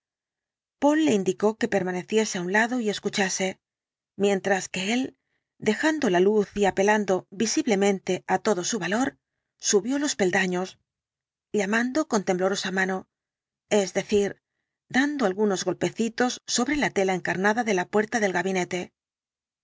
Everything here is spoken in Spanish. poole le indicó que permaneciese á un lado y escuchase mientras que él dejando la luz y apelando visiblemente á todo su valor subió los peldaños llamando con tem el dr jekyll blorosa mano es decir dando algunos golpecitos sobre la tela encarnada de la puerta del gabinete